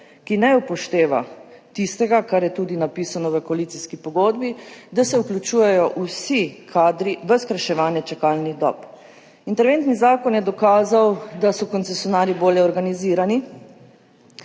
ki ne upošteva tistega, kar je tudi napisano v koalicijski pogodbi – da se vključujejo vsi kadri v skrajševanje čakalnih dob. Interventni zakon je dokazal, da so koncesionarji bolje organizirani,